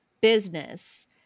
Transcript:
business